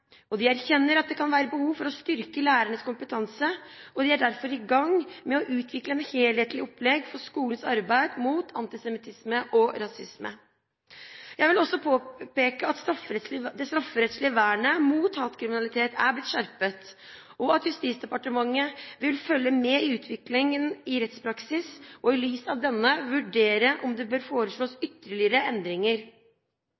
igjen. De erkjenner at det kan være behov for å styrke lærernes kompetanse, og de er derfor i gang med å utvikle et helhetlig opplegg for skolens arbeid mot antisemittisme og rasisme. Jeg vil også påpeke at det strafferettslige vernet mot hatkriminalitet er blitt skjerpet, at Justisdepartementet vil følge med i utviklingen i rettspraksis og i lys av denne vurdere om det bør foreslås